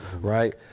right